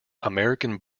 american